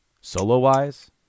solo-wise